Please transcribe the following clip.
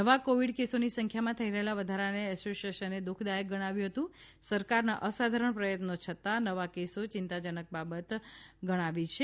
નવા કોવિડ કેસોની સંખ્યામાં થઈ રહેલા વધારાને એસોસિએશને દુખદાયક ગણાવ્યું અને સરકારના અસાધારણ પ્રયત્નો છતાં નવા કેસો ચિંતાજનક બાબત ગણાવી છે